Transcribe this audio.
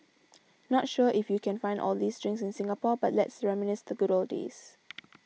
not sure if you can find all these drinks in Singapore but let's reminisce the good old days